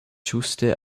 ĝuste